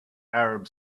arab